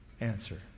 answer